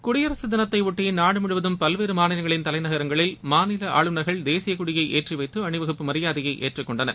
குடியரசு தினத்தையொட்டி நாடு முழுவதும் பல்வேறு மாநிலங்களின் தலைநகரங்களில் மாநில ஆளுநர்கள் தேசிய கொடியை ஏற்றி வைத்து அணிவகுப்பு மரியாதையை ஏற்றுக்கொண்டனர்